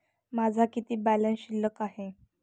माझा किती बॅलन्स शिल्लक आहे?